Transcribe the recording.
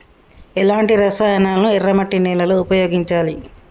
ఎలాంటి రసాయనాలను ఎర్ర మట్టి నేల లో ఉపయోగించాలి?